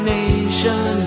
nation